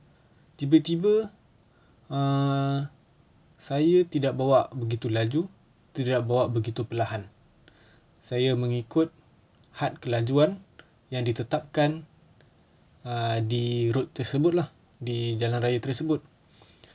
tiba-tiba err saya tidak bawa begitu laju tidak bawa begitu perlahan saya mengikut had kelajuan yang ditetapkan err di road tersebut lah di jalan raya tersebut